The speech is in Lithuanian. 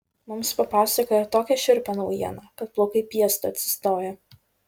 mums papasakojo tokią šiurpią naujieną kad plaukai piestu atsistojo